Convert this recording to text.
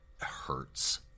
hurts